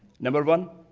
number one